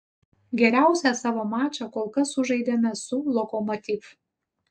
geriausią savo mačą kol kas sužaidėme su lokomotiv